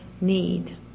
need